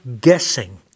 guessing